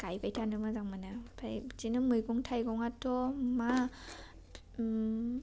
गायबाय थानो मोजां मोनो बिदिनो मैगं थाइगंआथ' मा